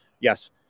yes